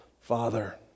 Father